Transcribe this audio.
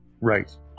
Right